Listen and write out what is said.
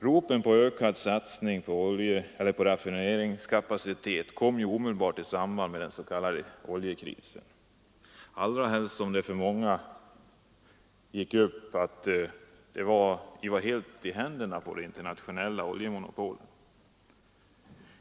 Ropen om ökad satsning på raffineringskapacitet kom omedelbart i samband med den s.k. oljekrisen, allra helst som det för många gick upp att vi var helt i händerna på de internationella oljemonopolen.